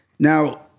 Now